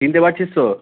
চিন্তে পারছিস তো